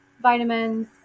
vitamins